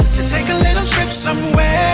to take a little trip somewhere